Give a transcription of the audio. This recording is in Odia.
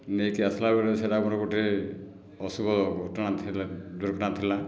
ନେଇକି ଆସିଲାବେଳେ ସେଇଟା ଆମର ଗୋଟିଏ ଅଶୁଭ ଘଟଣା ଥିଲା ଦୁର୍ଘଟଣା ଥିଲା